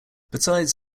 besides